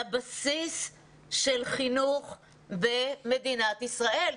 לבסיס של חינוך במדינת ישראל.